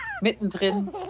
Mittendrin